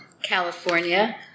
California